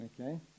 Okay